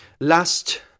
last